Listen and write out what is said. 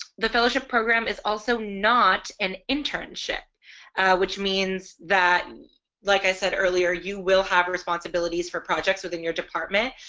the fellowship program is also not an internship which means that like i said earlier you will have responsibilities for projects within your department.